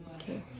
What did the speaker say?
okay